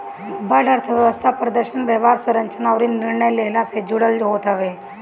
बड़ अर्थव्यवस्था प्रदर्शन, व्यवहार, संरचना अउरी निर्णय लेहला से जुड़ल होत हवे